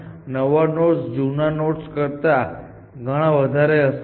હકીકતમાં નવા નોડ્સ જૂના નોડ્સ કરતા ઘણા વધારે હશે